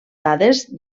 dades